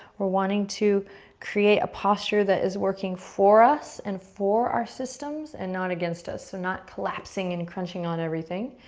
we're wanting to create a posture that is working for us and for our systems and not against us. so, not collapsing and crunching on everything.